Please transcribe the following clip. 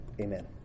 Amen